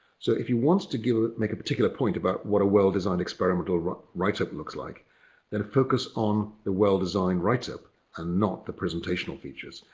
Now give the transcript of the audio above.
so if you want to make a particular point about what a well designed experimental write write up looks like then focus on the well designed write up and not the presentational features,